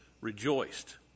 rejoiced